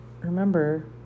remember